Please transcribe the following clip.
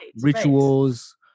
rituals